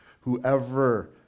Whoever